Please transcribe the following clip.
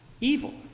evil